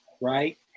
right